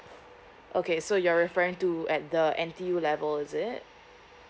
okay so you're referring to at the N_T_U level is it